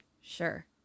Sure